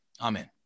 Amen